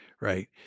right